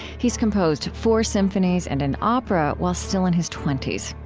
he's composed four symphonies and an opera while still in his twenty s.